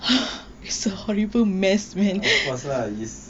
of course lah is